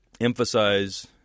emphasize